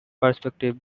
perspective